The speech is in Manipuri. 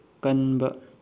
ꯀꯟꯕ